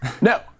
No